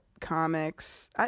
comics